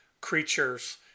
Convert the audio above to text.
creatures